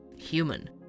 human